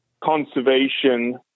conservation